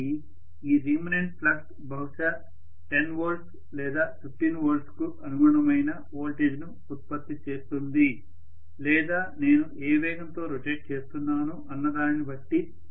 కాబట్టి ఈ remanent flux బహుశా 10 వోల్ట్లు లేదా 15 వోల్ట్లకు అనుగుణమైన వోల్టేజ్ను ఉత్పత్తి చేస్తుంది లేదా నేను ఏ వేగంతో రొటేట్ చేస్తున్నాను అన్న దానిని బట్టి